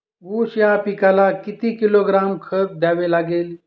ऊस या पिकाला किती किलोग्रॅम खत द्यावे लागेल?